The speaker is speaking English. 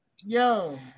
yo